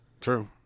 True